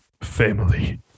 family